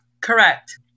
Correct